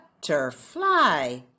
Butterfly